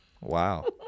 Wow